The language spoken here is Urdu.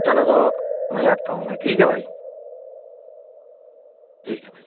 چلو تو میں آتا ہوں میں ٹھیک ہے بھائی ٹھیک ہے بھائی